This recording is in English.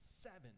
Seven